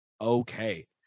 okay